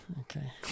okay